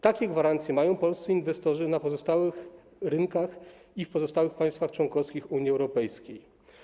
Takie gwarancje mają polscy inwestorzy na pozostałych rynkach, w pozostałych państwach członkowskich Unii Europejskiej.